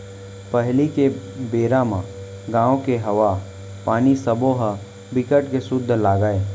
पहिली के बेरा म गाँव के हवा, पानी सबो ह बिकट के सुद्ध लागय